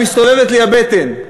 מסתובבת לי הבטן.